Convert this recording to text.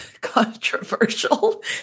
controversial